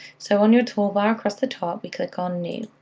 so on your toolbox across the top, we click on new.